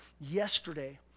yesterday